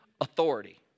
authority